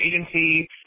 agency